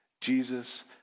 Jesus